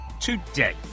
today